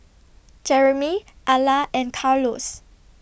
Jeremy Alla and Carlos